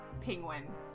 penguin